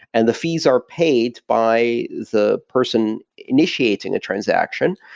and the fees are paid by the person initiating a transaction,